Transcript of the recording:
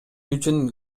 үчүн